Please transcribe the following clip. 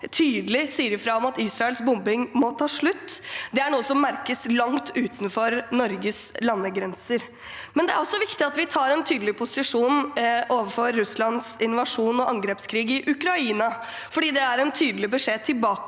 tydelig sier ifra om at Israels bombing må ta slutt, er noe som merkes langt utenfor Norges landegrenser. Det er også viktig at vi tar en tydelig posisjon overfor Russlands invasjon av og angrepskrig i Ukraina, for det er en tydelig beskjed tilbake